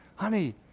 honey